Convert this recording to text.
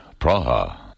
Praha